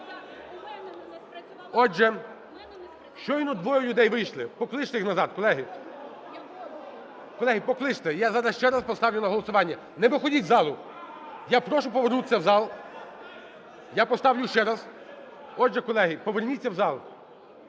раз. Щойно двоє людей вийшли, покличте їх назад, колеги. Колеги, покличте, я зараз ще раз поставлю на голосування, не виходіть із залу. Я прошу повернутися в зал, я поставлю ще раз. (Шум у залі) Отже, колеги, поверніться в зал.